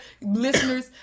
listeners